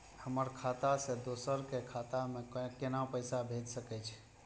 हमर खाता से दोसर के खाता में केना पैसा भेज सके छे?